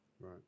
Right